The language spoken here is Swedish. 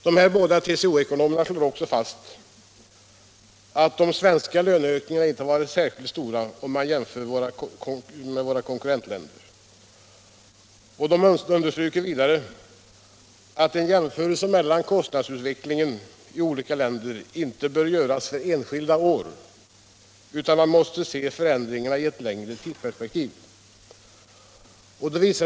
De båda TCO-ekonomerna slår också fast att de svenska löneökningarna inte varit särskilt stora om man jämför med våra konkurrentländer. De understryker vidare att en jämförelse med kostnadsutvecklingen i olika länder inte bör göras för enskilda år, utan att man måste se förändringarna i ett längre tidsperspektiv.